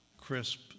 crisp